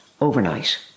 overnight